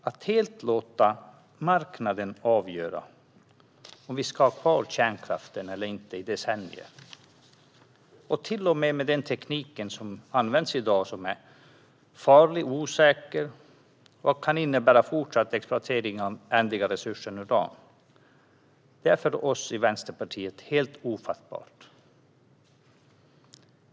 Att helt låta marknaden avgöra om vi ska ha kvar kärnkraften i decennier eller inte, till och med med den teknik som används i dag och som är farlig och osäker och kan innebära fortsatt exploatering av den ändliga resursen uran, är för oss i Vänsterpartiet helt ofattbart.